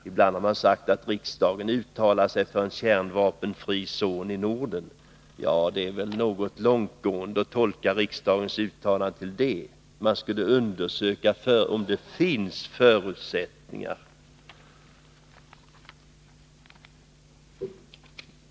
Ibland har man sagt att riksdagen har uttalat sig för en kärnvapenfri zon i Norden, men det är väl något långtgående att tolka uttalandet så; man skulle ju undersöka om det finns förutsättningar.